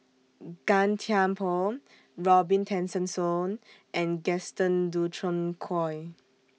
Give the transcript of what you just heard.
Gan Thiam Poh Robin Tessensohn and Gaston Dutronquoy